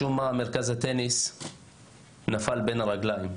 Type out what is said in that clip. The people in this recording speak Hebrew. משום מה, מרכז הטניס נפל בין הכיסאות,